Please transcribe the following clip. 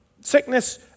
sickness